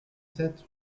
sept